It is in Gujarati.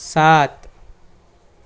સાત